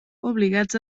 obligats